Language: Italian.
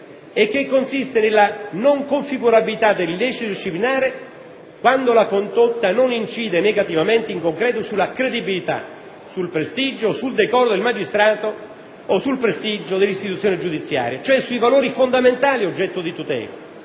e che consiste nella «non configurabilità dell'illecito disciplinare quando la condotta non incide negativamente, in concreto, sulla credibilità, sul prestigio o sul decoro del magistrato o sul prestigio dell'istituzione giudiziaria», cioè sui valori fondamentali oggetto di tutela;